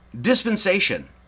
dispensation